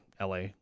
LA